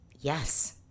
yes